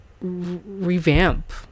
revamp